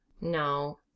No